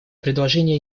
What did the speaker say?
предложение